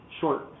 short